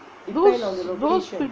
those